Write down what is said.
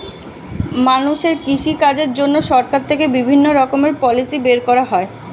মানুষের কৃষি কাজের জন্য সরকার থেকে বিভিন্ন রকমের পলিসি বের করা হয়